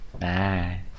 bye